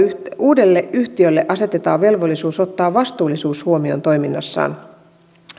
uudelle yhtiölle asetetaan velvollisuus ottaa vastuullisuus huomioon toiminnassaan